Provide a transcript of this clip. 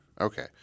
Okay